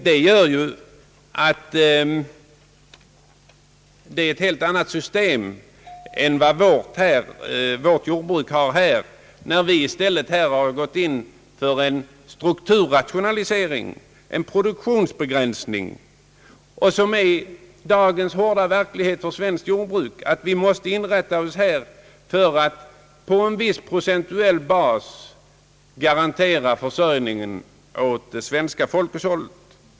Detta är ju ett helt annat system än vad vårt jordbruk har, eftersom vi i stället gått in för en strukturrationalisering med en produktionsbegränsning. Det är ju dagens hårda verklighet för svenskt jordbruk, att vi måste inrätta oss för att på en viss procentuell bas garantera försörjningen åt det svenska folkhushållet.